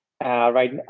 Right